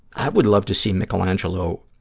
i would love to see michelangelo